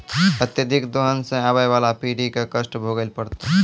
अत्यधिक दोहन सें आबय वाला पीढ़ी क कष्ट भोगै ल पड़तै